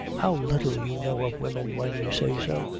how little you know of woman, when you say so.